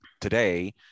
today